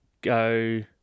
go